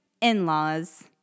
In-laws